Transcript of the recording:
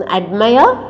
admire